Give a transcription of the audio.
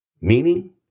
meaning